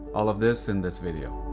all of this in this video.